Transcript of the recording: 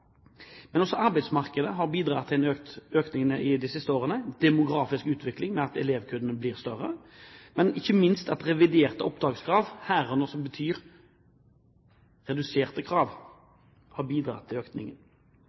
Men også arbeidsmarkedet har bidratt til en økning i de siste årene. Den demografiske utviklingen, det at elevkullene blir større, og ikke minst reviderte opptakskrav – som her betyr reduserte krav – har også bidratt til økningen.